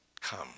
Come